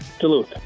Duluth